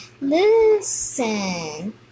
Listen